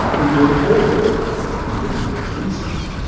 it will always break into three pieces.